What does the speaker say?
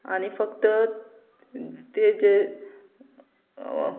आनी फक्त ते जे